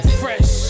fresh